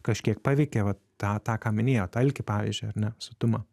kažkiek paveikė vat tą tą ką minėjot alkį pavyzdžiui ar ne sotumą